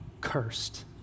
cursed